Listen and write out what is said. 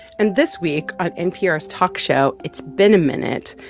and this week on npr's talk show it's been a minute,